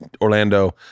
Orlando